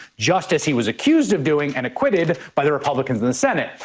just as he was accused of doing and acquitted by the republicans in the senate.